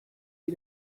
wie